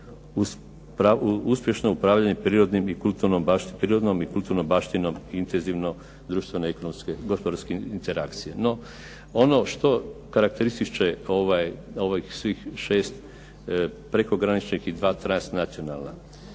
uspješno upravljanje prirodnom i kulturnom baštinom intenzivno društveno ekonomske, gospodarske interakcije. No ono što karakterističe ovih svih šest prekograničnih i dva transnacionalna,